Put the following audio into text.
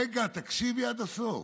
רגע, תקשיבי עד הסוף.